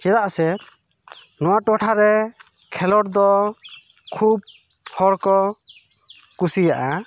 ᱪᱮᱫᱟᱜ ᱥᱮ ᱱᱚᱶᱟ ᱴᱚᱴᱷᱟᱨᱮ ᱠᱷᱮᱞᱳᱰ ᱫᱚ ᱠᱷᱩᱵ ᱦᱚᱲ ᱠᱚ ᱠᱩᱥᱤᱭᱟᱜᱼᱟ